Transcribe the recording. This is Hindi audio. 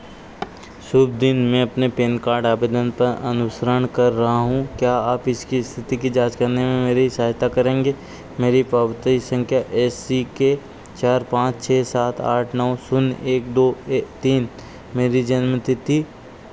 शुभ दिन मैं अपने पैन कार्ड आवेदन अनुश्रन कर रहा हूँ क्या आप इसकी स्थिति की जांच करने में मेरी सहायता करेंगे मेरी पावती संख्या एस इ के चार पाँच छः सात आठ नौ शून्य एक दो तीन मेरी जन्म तिथि